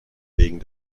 wegen